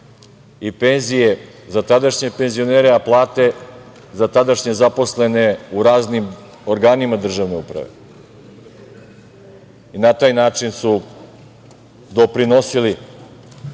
i penzije za tadašnje penzionere, a plate za tadašnje zaposlene u raznim organima državne uprave. Na taj način su doprinosili